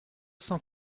cent